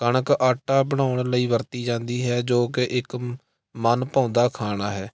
ਕਣਕ ਆਟਾ ਬਣਾਉਣ ਲਈ ਵਰਤੀ ਜਾਂਦੀ ਹੈ ਜੋ ਕਿ ਇੱਕ ਮਨ ਭਾਉਂਦਾ ਖਾਣਾ ਹੈ